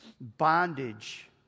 bondage